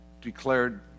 declared